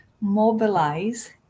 mobilize